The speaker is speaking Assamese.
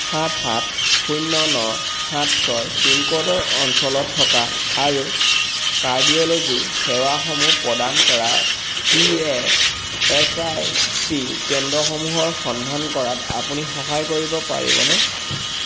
সাত সাত শূন্য ন সাত ছয় পিন ক'ডৰ অঞ্চলত থকা আৰু কাৰ্ডিঅ'লজি সেৱাসমূহ প্ৰদান কৰা ই এছ আই চি কেন্দ্ৰসমূহৰ সন্ধান কৰাত আপুনি সহায় কৰিব পাৰিবনে